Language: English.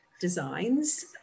designs